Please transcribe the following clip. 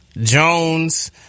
Jones